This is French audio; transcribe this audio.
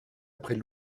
après